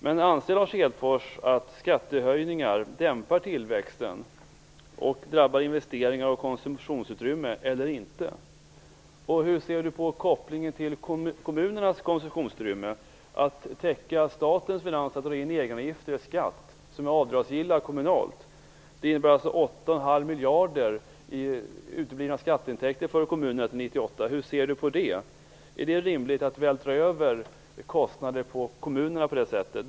Men anser Lars Hedfors att skattehöjningar dämpar tillväxten och drabbar investeringar och konsumtionsutrymme eller inte? Och hur ser Lars Hedfors på kopplingen till kommunernas konsumtionsutrymme när det gäller att täcka statens finanser genom att dra in egenavgifter som är avdragsgilla kommunalt gentemot skatten? Det innebär alltså 8,5 miljarder kronor i uteblivna skatteintäkter för kommunerna till 1998. Hur ser Lars Hedfors på det? Är det alltså rimligt att på det sättet vältra över kostnader på kommunerna?